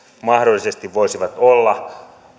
mahdollisesti voisivat olla